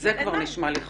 זה כבר נשמע לי חמור.